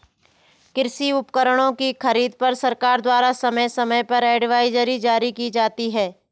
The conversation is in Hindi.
कृषि उपकरणों की खरीद पर सरकार द्वारा समय समय पर एडवाइजरी जारी की जाती है